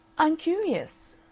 i'm curious.